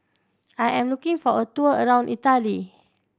I am looking for a tour around Italy